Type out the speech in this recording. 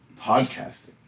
podcasting